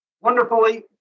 wonderfully